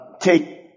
take